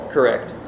Correct